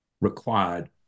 required